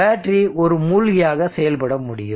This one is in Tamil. பேட்டரி ஒரு மூழ்கியாக செயல்பட முடியும்